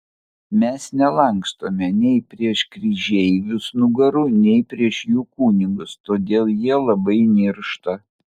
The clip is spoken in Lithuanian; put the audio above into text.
mes nelankstome nei prieš kryžeivius nugarų nei prieš jų kunigus todėl jie labai niršta